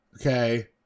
Okay